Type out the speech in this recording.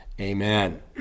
Amen